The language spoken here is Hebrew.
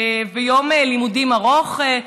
ויום לימודים ארוך,